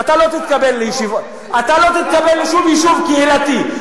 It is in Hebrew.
אתה לא תתקבל לשום יישוב קהילתי.